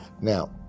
Now